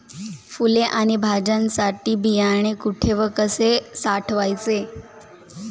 फुले आणि भाज्यांसाठी बियाणे कुठे व कसे साठवायचे?